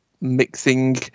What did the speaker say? mixing